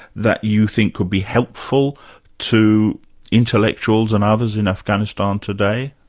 that you think could be helpful to intellectuals and others in afghanistan today?